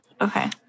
Okay